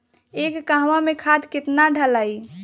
एक कहवा मे खाद केतना ढालाई?